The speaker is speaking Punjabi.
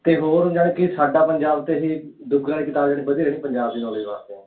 ਅਤੇ ਹੋਰ ਜਾਣੀ ਕਿ ਸਾਡਾ ਪੰਜਾਬ 'ਤੇ ਹੀ ਦੁਗਲ ਵਾਲੀ ਕਿਤਾਬ ਜਾਣੀ ਵਧੀਆ ਰਹਿਣੀ ਪੰਜਾਬ ਦੀ ਨੌਲੇਜ ਵਾਸਤੇ